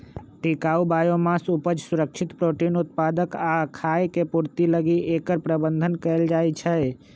टिकाऊ बायोमास उपज, सुरक्षित प्रोटीन उत्पादक आ खाय के पूर्ति लागी एकर प्रबन्धन कएल जाइछइ